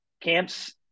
camps